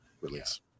release